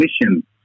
Mission